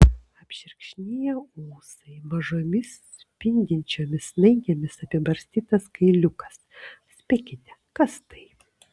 apšerkšniję ūsai mažomis spindinčiomis snaigėmis apibarstytas kailiukas spėkite kas tai